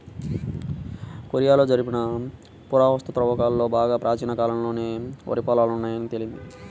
కొరియాలో జరిపిన పురావస్తు త్రవ్వకాలలో బాగా ప్రాచీన కాలంలోనే వరి పొలాలు ఉన్నాయని తేలింది